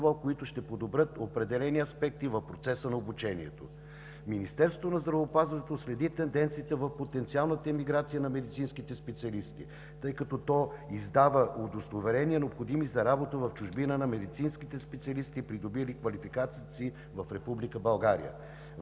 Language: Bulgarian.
които ще подобрят определени аспекти в процеса на обучението. Министерството на здравеопазването следи тенденциите в потенциалната емиграция на медицинските специалисти, тъй като то издава удостоверения, необходими за работа в чужбина на медицинските специалисти, придобили квалификацията си в